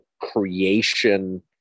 creation